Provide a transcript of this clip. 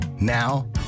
Now